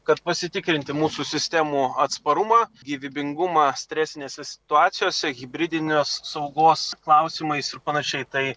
kad pasitikrinti mūsų sistemų atsparumą gyvybingumą stresinėse situacijose hibridinės saugos klausimais ir panašiai tai